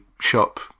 Shop